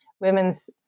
women's